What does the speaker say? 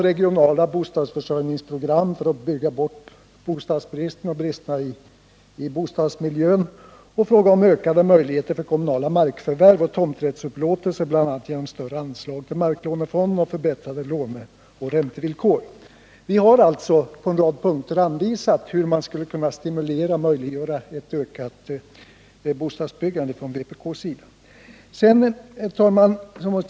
Regionala bostadsförsörjningsprogram för att bygga bort bostadsbristen och bristerna i bostadsmiljön. Ökade möjligheter för kommunala markförvärv och tomträttsupplåtelser bl.a. genom större anslag till marklånefond och förbättrade ränteoch lånevillkor. Vi har alltså från vpk:s sida på en rad punkter anvisat hur man skulle kunna stimulera och möjliggöra ett ökat bostadsbyggande. Herr talman!